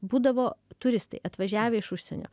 būdavo turistai atvažiavę iš užsienio